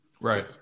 Right